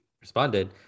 responded